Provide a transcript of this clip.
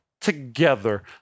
together